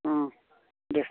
दे